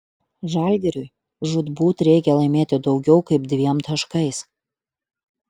žalgiriui žūtbūt reikia laimėti daugiau kaip dviem taškais